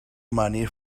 money